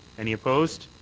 any opposed?